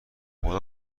خدا